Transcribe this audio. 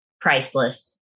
priceless